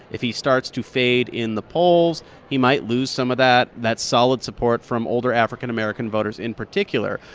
if he starts to fade in the polls, he might lose some of that that solid support from older african american voters in particular.